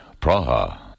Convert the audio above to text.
Praha